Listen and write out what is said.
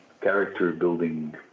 character-building